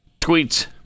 tweets